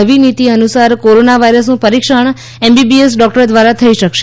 નવી નીતિ અનુસાર કોરોના વાયરસનું પરીક્ષણ એમબીબીએસ ડોક્ટર દ્વારા થઈ શકશે